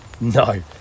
no